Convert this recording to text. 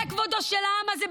זה כבודו של העם הזה,